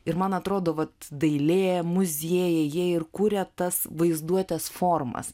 ir man atrodo vat dailė muziejai jie ir kuria tas vaizduotės formas